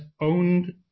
owned